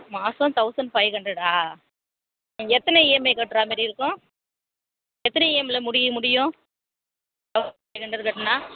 மாதம் thousand five ஹண்ட்ரடா எத்தனை இஎம்ஐ கட்டுறா மாதிரி இருக்கும் எத்தனை இஎம்ஐயில் முடியும் முடியும் தௌசண்ட் ஃபைவ் ஹண்ட்ரட் கட்டினா